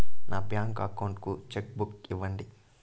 నా bank account కు cheque book ఇవ్వండి